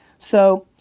so,